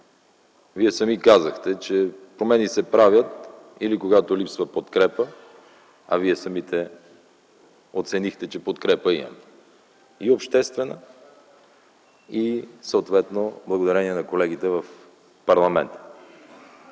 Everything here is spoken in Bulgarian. Вие сами казахте, че промени се правят или когато липсва подкрепа, а вие самите оценихте, че подкрепа имаме – и обществена, и съответно благодарение на колегите в парламента.